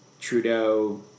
Trudeau